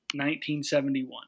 1971